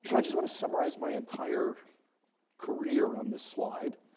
so i just want to summarize my entire career on this slide.